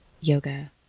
yoga